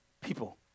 people